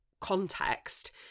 context